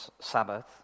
sabbath